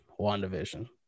wandavision